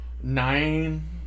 nine